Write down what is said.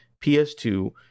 PS2